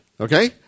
Okay